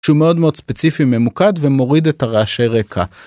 שהוא מאוד מאוד ספציפי, ממוקד ומוריד את הרעשי רקע.